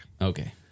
Okay